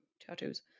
tattoos